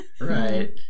Right